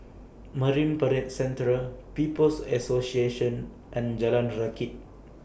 Marine Parade Central People's Association and Jalan Rakit